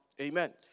Amen